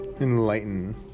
enlighten